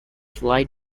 slide